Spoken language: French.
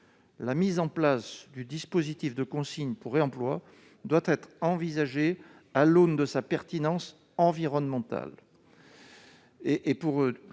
La mise en place du dispositif de consigne pour réemploi doit être envisagée à l'aune de sa pertinence environnementale.